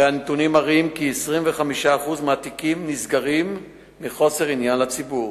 הנתונים מראים כי 25% מהתיקים נסגרים מחוסר עניין לציבור.